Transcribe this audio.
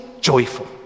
joyful